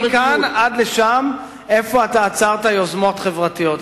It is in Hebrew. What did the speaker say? אני יכול להתווכח אתך מכאן עד לשם איפה אתה עצרת יוזמות חברתיות.